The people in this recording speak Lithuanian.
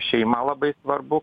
šeima labai svarbu